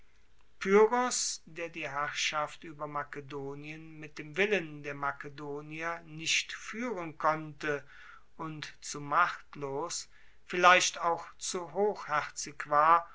pyrrhos der die herrschaft ueber makedonien mit dem willen der makedonier nicht fuehren konnte und zu machtlos vielleicht auch zu hochherzig war